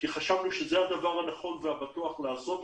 כי חשבנו שזה הדבר הנכון והבטוח לעשות.